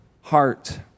heart